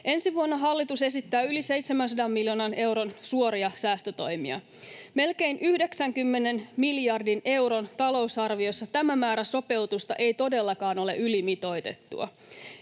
Ensi vuonna hallitus esittää yli 700 miljoonan euron suoria säästötoimia. Melkein 90 miljardin euron talousarviossa tämä määrä sopeutusta ei todellakaan ole ylimitoitettua.